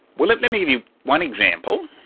well let let me give you one example